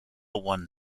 one